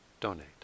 donate